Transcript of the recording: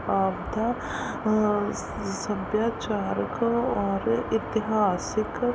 ਆਪਣਾ ਸੱਭਿਆਚਾਰਕ ਔਰ ਇਤਿਹਾਸਿਕ